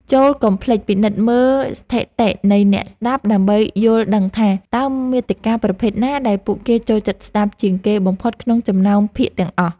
ចូរកុំភ្លេចពិនិត្យមើលស្ថិតិនៃអ្នកស្តាប់ដើម្បីយល់ដឹងថា តើមាតិកាប្រភេទណាដែលពួកគេចូលចិត្តស្តាប់ជាងគេបំផុតក្នុងចំណោមភាគទាំងអស់។